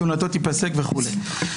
כהונתו תיפסק" וכו'.